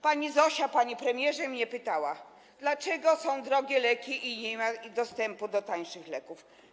Pani Zosia, panie premierze, mnie pytała: Dlaczego są drogie leki i nie ma dostępu do tańszych leków?